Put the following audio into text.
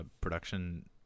production